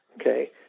okay